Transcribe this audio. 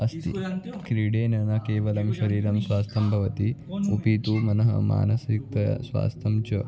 अस्ति क्रीडया न केवलं शरीरस्य स्वास्थ्यं भवति अपि तु मनः मानसिकं तत् स्वास्थ्यञ्च